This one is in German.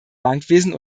bankwesen